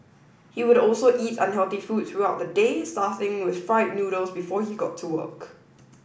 he would also eat unhealthy food throughout the day starting with fried noodles before he got to work